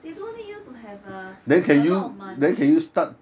they don't need you to have a a lot of money